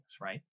right